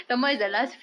ya